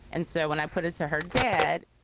and so when i put it to her dad,